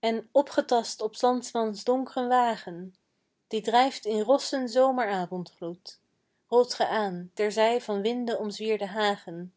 en opgetast op s landmans donkren wagen die drijft in rossen zomeravondgloed rolt ge aan terzij van winde omzwierde hagen